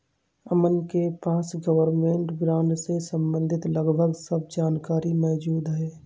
अमन के पास government bond से सम्बंधित लगभग सब जानकारी मौजूद है